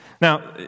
Now